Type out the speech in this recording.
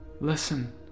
listen